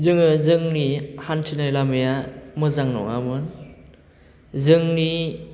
जोङो जोंनि हान्थिनाय लामाया मोजां नङामोन जोंनि